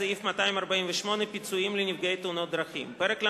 סעיף 248 (פיצויים לנפגעי תאונות דרכים); פרק ל"ד,